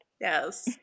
Yes